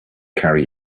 carry